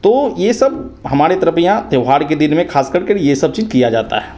तो ये सब हमारे तरफ़ यहाँ त्यौहार के दिन में ख़ासकर कर ये सब चीज़ किया जाता है